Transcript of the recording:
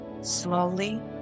slowly